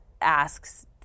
asks